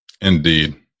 Indeed